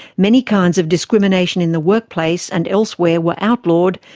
many kinds of discrimination in the workplace and elsewhere were outlawed,